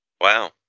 Wow